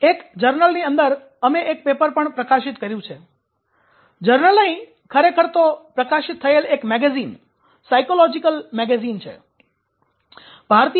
એક જર્નલની અંદર અમે એક પેપર પણ પ્રકાશિત કર્યું છે જર્નલ નહીં ખરેખર તો તે પ્રકાશિત થયેલ એક મેગેઝિન - સાયકોલોજીકલ મનોવિજ્ઞાનને લગતું મેગેઝિન છે